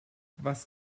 was